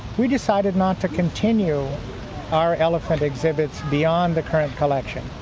we decided not to continue our elephant exhibits beyond the current collection.